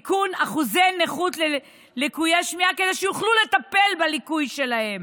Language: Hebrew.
תיקון אחוזי נכות ללקויי שמיעה כדי שיוכלו לטפל בליקוי שלהם.